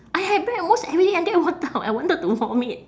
I had bread almost every day until I wante~ I wanted to vomit